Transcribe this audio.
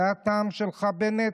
זה הטעם שלך, בנט?